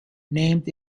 named